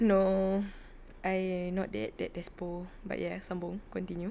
no I not that despo but ya sambung continue